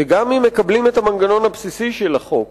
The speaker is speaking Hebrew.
שגם אם מקבלים את המנגנון הבסיסי של החוק,